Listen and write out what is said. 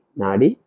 nadi